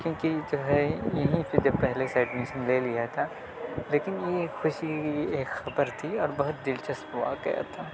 کیونکہ جو ہے یہیں پہ جب پہلے سے ایڈمیشن لے لیا تھا لیکن یہ ایک خوشی ایک خبر تھی اور بہت دلچسپ واقعہ تھا